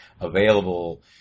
available